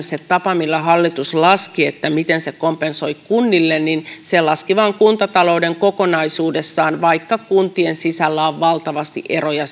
se tapa miten hallitus laski sen miten se kompensoi kunnille se laski vain kuntatalouden kokonaisuudessaan vaikka kuntien sisällä on valtavasti eroja